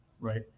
right